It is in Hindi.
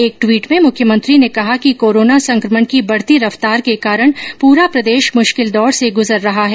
एक टवीट भें मुख्यमंत्री ने कहा कि कोरोना संक्रमण की बढ़ती रफ्तार के कारण पूरा प्रदेश मुश्किल दौर से गुजर रहा है